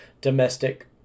domestic